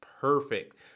perfect